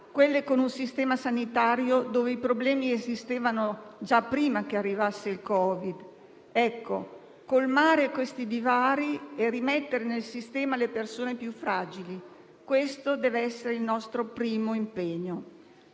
quelle con un sistema sanitario nel quale i problemi esistevano già prima che arrivasse il Covid. Colmare questi divari e rimettere nel sistema le persone più fragili: questo dev'essere il nostro primo impegno.